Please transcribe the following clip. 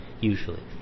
usually